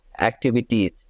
activities